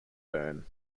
bern